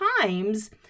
times